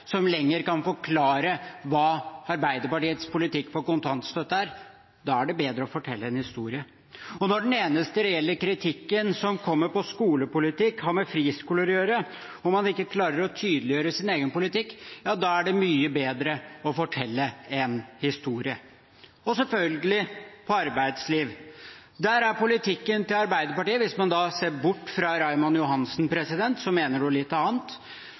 som kan forklare hva Arbeiderpartiets politikk på kontantstøtte er. Da er det bedre å fortelle en historie. Og når den eneste reelle kritikken som kommer knyttet til skolepolitikk, har med friskoler å gjøre, når man ikke klarer å tydeliggjøre sin egen politikk, da er det mye bedre å fortelle en historie. Og selvfølgelig, når det gjelder arbeidslivet, er politikken til Arbeiderpartiet status quo, hvis man da ser bort fra Raymond Johansen, som mener noe litt annet.